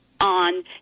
on